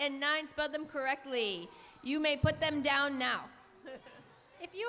and nine spell them correctly you may put them down now if you